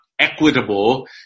equitable